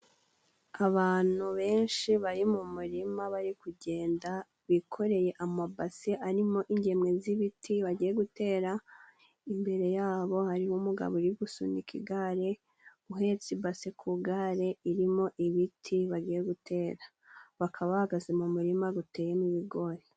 Abantu benshi bari mu murima bari kugenda bikoreye amabase arimo ingemwe z'ibiti bagiye gutera, imbere yabo hariho umugabo uri gusunika igare uhetse ibasi ku igare irimo ibiti bagiye gutera, bakaba bahagaze mu murima guteyemo ibigori.